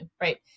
right